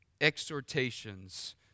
exhortations